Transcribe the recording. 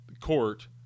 court